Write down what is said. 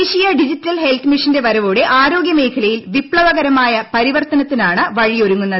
ദേശീയ digital health മിഷന്റെ വരവോടെ ആരോഗ്യ മേഖലയിൽ വിപ്ലവകരമായ പരിവർത്തനത്തിനാണ് വഴിയൊരുങ്ങുന്നത്